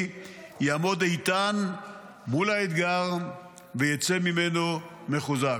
יעמוד איתן מול האתגר ויצא ממנו מחוזק.